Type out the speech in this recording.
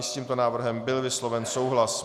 S tímto návrhem byl vysloven souhlas.